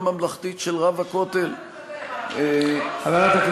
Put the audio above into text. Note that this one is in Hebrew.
הממלכתית של רב הכותל --- שוב אתה מתבלבל עם הר-הבית.